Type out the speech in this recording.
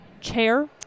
chair